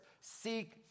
seek